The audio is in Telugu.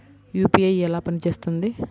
యూ.పీ.ఐ ఎలా పనిచేస్తుంది?